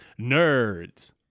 nerds